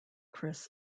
chris